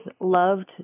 loved